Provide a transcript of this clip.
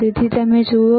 તેથી તમે શું જુઓ છો